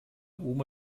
oma